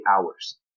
hours